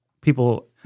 People